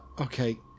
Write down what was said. okay